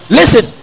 listen